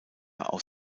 aus